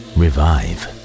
revive